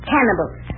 Cannibals